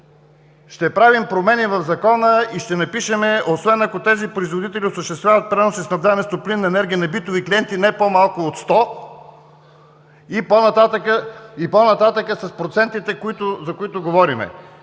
ще правим промени в Закона и ще напишем „освен ако тези производители осъществяват пренос и снабдяване с топлинна енергия на битови клиенти не по-малко от 100“ и по-нататък с процентите, за които говорим?